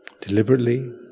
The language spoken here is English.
deliberately